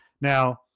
Now